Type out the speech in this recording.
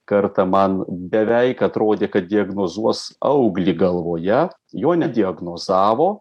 kartą man beveik atrodė kad diagnozuos auglį galvoje jo nediagnozavo